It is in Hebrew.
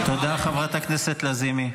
תודה, חברת הכנסת לזימי.